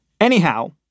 Anyhow